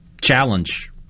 challenge